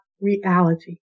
reality